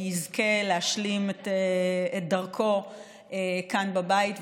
יזכה להשלים את דרכו כאן בבית,